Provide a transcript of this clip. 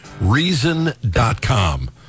Reason.com